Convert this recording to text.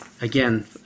again